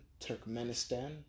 Turkmenistan